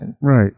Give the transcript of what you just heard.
right